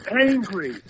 angry